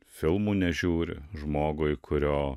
filmų nežiūri žmogui kurio